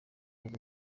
azi